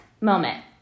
moment